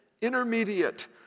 intermediate